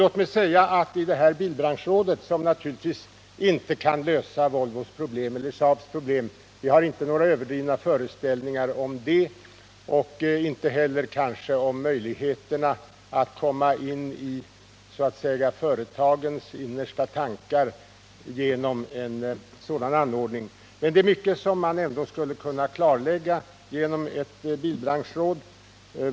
Låt mig också säga, att bilbranschrådet naturligtvis inte kan lösa Volvos eller Saabs problem. Vi har inga överdrivna föreställningar om det och kanske inte heller om möjligheterna att få tillgång till företagens innersta tankar genom ett sådant organ. Men det är mycket som man ändå skulle kunna klarlägga genom ett bilbranschråd.